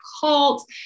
cult